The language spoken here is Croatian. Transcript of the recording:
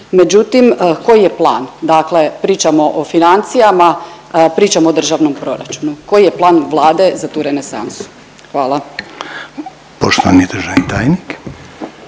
međutim koji je plan, dakle pričamo o financijama, pričamo o državnom proračun. Koji je plan Vlade za tu renesansu? Hvala. **Reiner, Željko